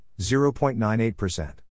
0.98%